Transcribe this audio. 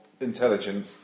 intelligent